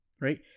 right